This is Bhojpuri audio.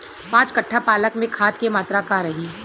पाँच कट्ठा पालक में खाद के मात्रा का रही?